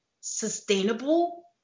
sustainable